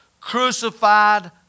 crucified